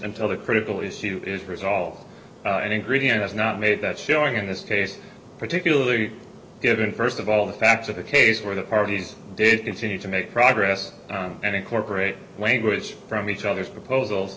until the critical issue is resolved and ingredient has not made that showing in this case particularly given first of all the facts of the case where the parties did its need to make progress and incorporate language from each other's proposals